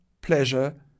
pleasure